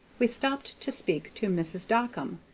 we stopped to speak to mrs. dockum,